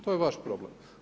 To je vaš problem.